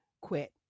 quit